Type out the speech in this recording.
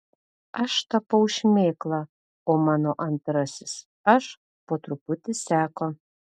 aš tapau šmėkla o mano antrasis aš po truputį seko